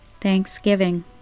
Thanksgiving